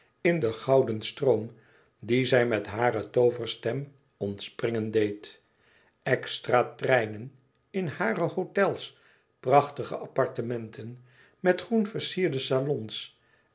in den gouden stroom dien zij met hare tooverstem ontspringen deed extra teinen in hare hôtels prachtige appartementen met groen versierde salons